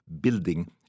building